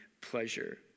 pleasure